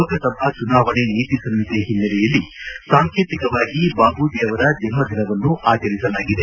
ಲೋಕಸಭಾ ಚುನಾವಣಾ ನೀತಿ ಸಂಹಿತೆ ಹಿನ್ನೆಲೆಯಲ್ಲಿ ಸಾಂಕೇತಿಕವಾಗಿ ಬಾಬೂಜಿ ಅವರ ಜನ್ಮ ದಿನವನ್ನು ಆಚರಿಸಲಾಗಿದೆ